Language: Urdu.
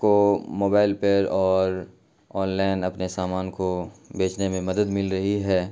کو موبائل پر اور آن لائن اپنے سامان کو بیچنے میں مدد مل رہی ہے